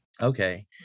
Okay